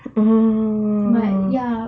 mm uh